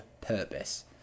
purpose